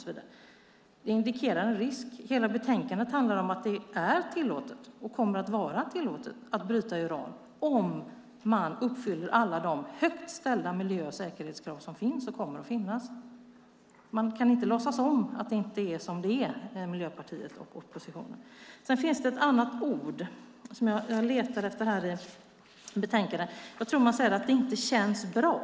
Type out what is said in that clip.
Det sägs att de indikerar en risk. Men hela betänkandet handlar om att det är tillåtet och kommer att vara tillåtet att bryta uran om man uppfyller alla de högt ställda miljö och säkerhetskrav som finns och kommer att finnas. Man kan inte som Miljöpartiet och den övriga oppositionen låtsas som om det inte är som det är. Jag tror att man säger att det inte känns bra.